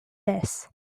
this